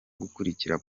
gukurikira